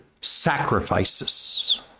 sacrifices